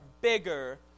bigger